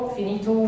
finito